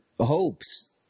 hopes